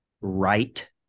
right